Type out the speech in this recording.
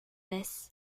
this